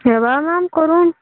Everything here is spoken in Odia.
ହେବ ମ୍ୟାମ୍ କରନ୍ତୁ